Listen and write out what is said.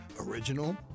original